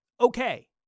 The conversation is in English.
okay